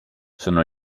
sono